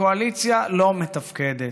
הקואליציה לא מתפקדת.